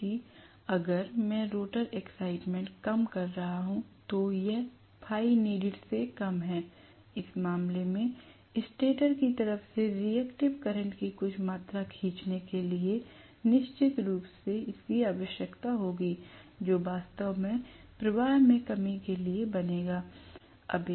जबकि अगर मैं रोटर एक्साइटमेंट कम कर रहा हूं तो यह Φneededसे कम है इस मामले में स्टेटर की तरफ से रिएक्टिव करंट की कुछ मात्रा खींचने के लिए निश्चित रूप से इसकी आवश्यकता होगी जो वास्तव में प्रवाह में कमी के लिए बनेगा